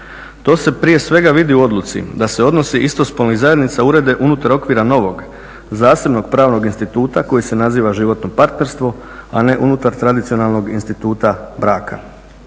To se prije svega vidi u odluci da se odnosi istospolnih zajednica urede unutar okvira novog zasebnog pravnog instituta koji se naziva životno partnerstvo, a ne unutar tradicionalnog instituta braka.